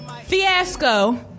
Fiasco